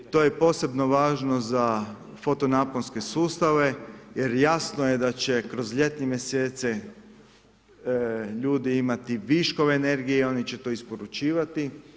To je posebno važno za fotonaponske sustave, jer jasno je da će kroz ljetne mjesece ljudi imati viškove energije i oni će to isporučivati.